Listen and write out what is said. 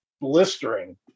blistering